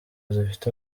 zifite